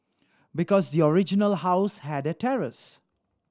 because the original house had a terrace